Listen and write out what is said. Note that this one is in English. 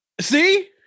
See